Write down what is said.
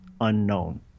unknown